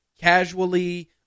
casually